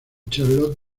charlot